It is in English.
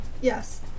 Yes